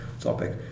topic